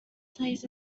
plays